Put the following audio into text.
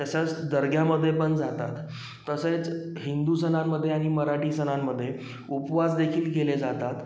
तसंच दर्ग्यामध्ये पण जातात तसेच हिंदू सणांमध्ये आणि मराठी सणांमध्ये उपवास देखील केले जातात